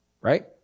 Right